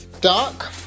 dark